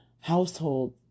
household